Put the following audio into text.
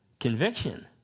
conviction